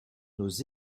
nos